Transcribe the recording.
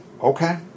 Okay